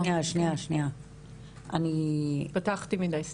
אני יודעת, פתחתי נושא חדש.